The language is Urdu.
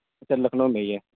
سر لکھنؤ میں ہی ہے